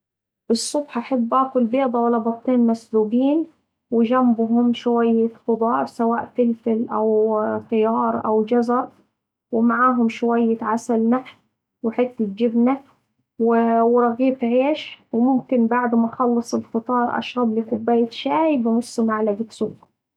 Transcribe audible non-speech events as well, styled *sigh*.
الصبح أحب آكل بيضة ولا بيضتين مسلوقين وجمبهم شوية خضار سواء فلفل أو *hesitation* خيار أو جزر ومعاهم شوية عسل نحل وحتة جبنة و *hesitation* ورغيف عيش، وممكن بعد ما أخلص الفطار أشربلي كوباية شاي بنص معلقة سكر.